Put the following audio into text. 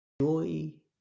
joy